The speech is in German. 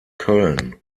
köln